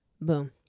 boom